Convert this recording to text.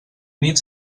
nit